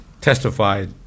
testified